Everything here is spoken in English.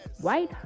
white